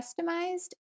customized